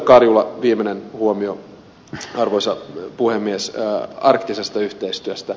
karjula viimeinen huomio arvoisa puhemies arktisesta yhteistyöstä